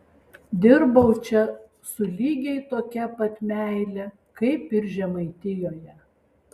dirbau čia su lygiai tokia pat meile kaip ir žemaitijoje